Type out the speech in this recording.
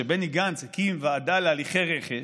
שבני גנץ הקים ועדה להליכי רכש,